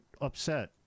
upset